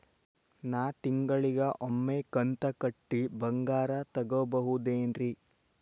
ನಾ ತಿಂಗಳಿಗ ಒಮ್ಮೆ ಕಂತ ಕಟ್ಟಿ ಬಂಗಾರ ತಗೋಬಹುದೇನ್ರಿ?